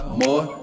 more